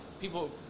people